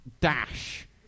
dash